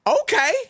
okay